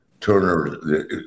Turner